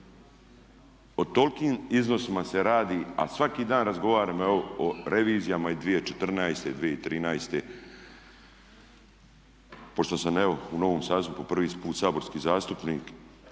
O tolikim iznosima se radi, a svaki dan razgovaramo evo o revizijama iz 2014., 2013. Pošto sam evo u novom sazivu i po prvi put saborski zastupnik